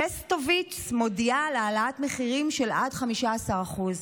שסטוביץ מודיעה על העלאת מחירים של עד 15%";